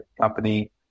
company